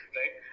right